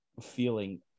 feeling